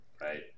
right